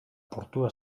portua